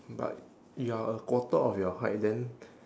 but you're a quarter of your height then